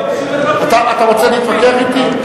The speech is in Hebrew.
אתה רוצה להתווכח אתי?